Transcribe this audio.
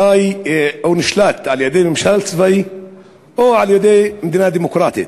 חי או נשלט על-ידי ממשל צבאי או על-ידי מדינה דמוקרטית.